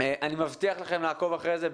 אני מבטיח לכם לעקוב אחרי זה.